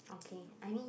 okay I mean